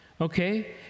Okay